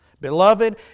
Beloved